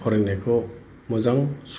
फरायनायखौ मोजां